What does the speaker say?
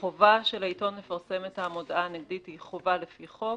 החובה של העיתון לפרסם את המודעה הנגדית היא חובה לפי חוק.